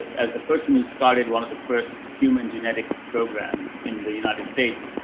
as the person who started one of the first human genetics programs in the united states.